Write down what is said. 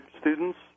students